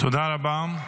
תודה רבה.